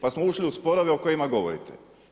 Pa smo ušli u sporove o kojima govorite.